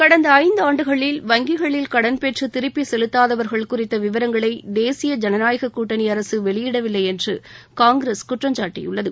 கடந்த ஐந்தாண்டுகளில் வங்கிகளில் கடன் பெற்று திருப்பி செலுத்தாதவா்கள் குறித்த விவரங்களை தேசிய ஜனநாயக கூட்டணி அரசு வெளியிடவில்லை என்று காங்கிரஸ் குற்றம் சாட்டியுள்ளது